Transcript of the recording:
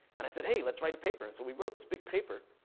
and i said, hey, let's write a paper. and so we wrote this big paper.